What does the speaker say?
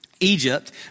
Egypt